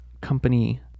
company